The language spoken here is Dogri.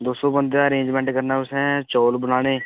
दो सौ बंदे दा अरेंजमैंट करना तुसें चौल बनाने